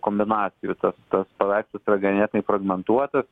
kombinacijų tas tas paveikslas yra ganėtinai fragmentuotas